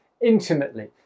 intimately